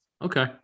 Okay